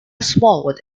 smallwood